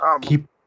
keep